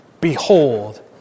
Behold